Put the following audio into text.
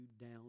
down